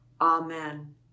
amen